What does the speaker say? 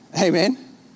Amen